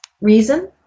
Reason